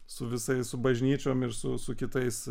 su visais su bažnyčiom ir su su kitais